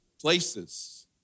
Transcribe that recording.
places